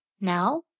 Now